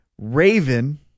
Raven